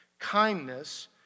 kindness